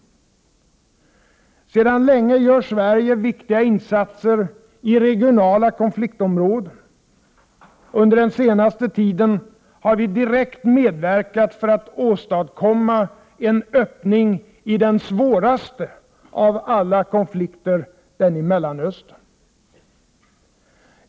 Sedan länge gör Sverige viktiga insatser i regionala konfliktområden. Under den senaste tiden har vi direkt medverkat för att åstadkomma en öppning i den svåraste av alla konflikter — den i Mellanöstern.